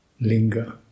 linger